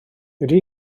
ydy